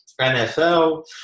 NFL